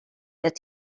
that